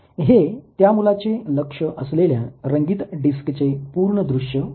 हे त्या मुलाचे लक्ष असलेल्या रंगीत डिस्कचे पूर्ण दृश्य आहे